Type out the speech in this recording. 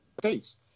face